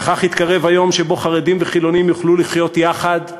וכך יתקרב היום שבו חרדים וחילונים יוכלו לחיות יחד,